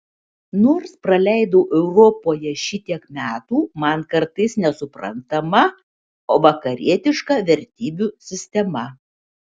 nors praleidau europoje šitiek metų man kartais nesuprantama vakarietiška vertybių sistema